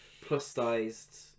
plus-sized